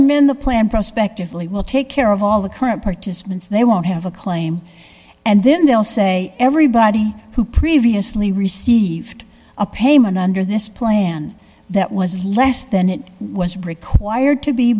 in the plan prospectively will take care of all the current participants they won't have a claim and then they'll say everybody who previously received a payment under this plan that was less than it was required to be